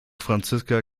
franziska